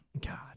God